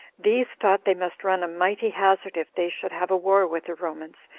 these thought they must run a mighty hazard if they should have a war with the romans,